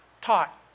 taught